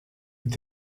with